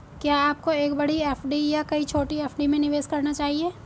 क्या आपको एक बड़ी एफ.डी या कई छोटी एफ.डी में निवेश करना चाहिए?